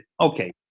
okay